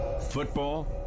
football